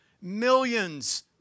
millions